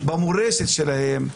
במורשת שלהם,